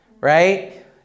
right